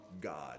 God